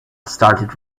started